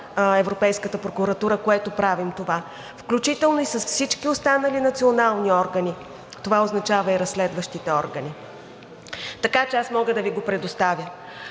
Европейската прокуратура, което правим. Включително и с всички останали национални органи. Това означава и разследващите органи. Така че аз мога да Ви го предоставя.